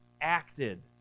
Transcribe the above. acted